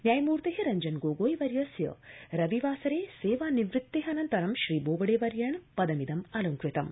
न्यायमूर्ते रञ्जन गोगोई वर्यस्य रविवासरे सेवानिवृत्तेरनन्तरं श्रीबोबडे वर्येण पदमिदम् अलंकृतम्